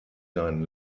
seinen